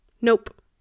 Nope